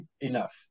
Enough